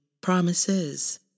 promises